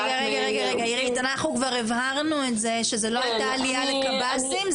אנחנו כבר הבהרנו את זה שזו לא היתה עלייה לקב"סים,